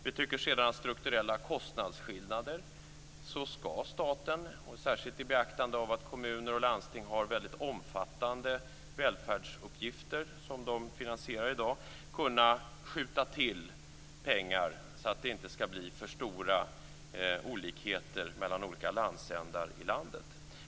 Vi tycker vad gäller strukturella kostnadsskillnader att staten, särskilt med beaktande av att kommuner och landsting har väldigt omfattande välfärdsuppgifter som de finansierar, skall kunna skjuta till pengar så att det inte skall bli för stora olikheter mellan olika landsändar.